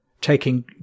taking